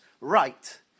right